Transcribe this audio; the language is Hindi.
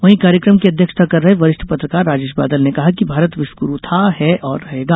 वहीं कार्यक्रम की अध्यक्षता कर रहे वरिष्ठ पत्रकार राजेश बादल ने कहा कि भारत विश्वगुरू था है और रहेगा